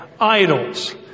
idols